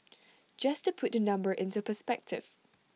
just to put the number into perspective